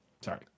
sorry